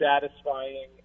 satisfying